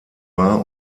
wahr